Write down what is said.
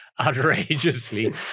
outrageously